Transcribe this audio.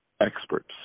experts